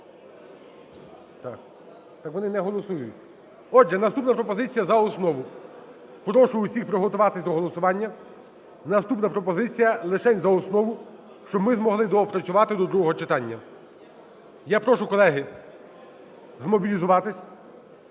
Так вони не голосують. Отже, наступна пропозиція: за основу. Прошу усіх приготуватися до голосування. Наступна пропозиція: лишень за основу, щоб ми змогли доопрацювати до другого читання. Я прошу, колеги, змобілізуватись